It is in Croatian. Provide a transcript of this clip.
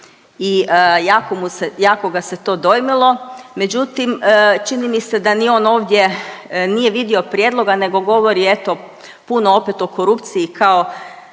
jako ga se to dojmilo, međutim čini mi se da ni on ovdje nije vidio prijedloga nego govori eto puno opet o korupciji kao